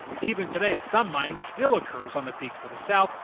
even today some mining still occurs on the peaks to the south,